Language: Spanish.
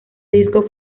disco